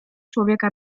człowieka